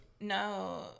No